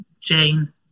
Jane